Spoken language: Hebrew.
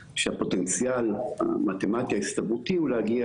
שהפוטנציאל המתמטי ההסתברותי הוא להגיע